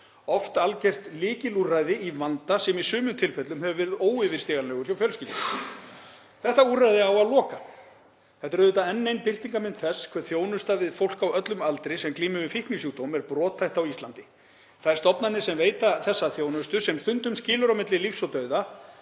oft algert lykilúrræði í vanda sem í sumum tilfellum hefur verið óyfirstíganlegur hjá fjölskyldum. Þessu úrræði á að loka. Þetta er auðvitað enn ein birtingarmynd þess hve þjónusta við fólk á öllum aldri sem glímir við fíknisjúkdóm er brothætt á Íslandi. Þær stofnanir sem veita þessa þjónustu, sem stundum skilur á milli lífs og dauða,